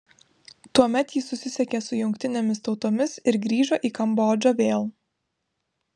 tuomet ji susisiekė su jungtinėmis tautomis ir grįžo į kambodžą vėl